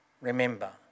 Remember